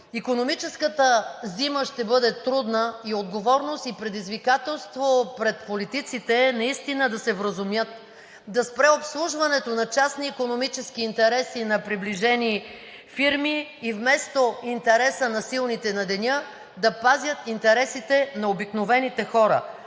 Икономическата зима ще бъде трудна и отговорност и предизвикателство пред политиците е наистина да се вразумят, да спре обслужването на частни икономически интереси на приближени фирми и вместо интереса на силните на деня, да пазят интересите на обикновените хора.